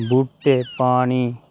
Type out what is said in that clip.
बूह्टे पानी